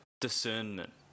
discernment